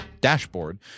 dashboard